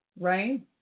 Right